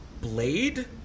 blade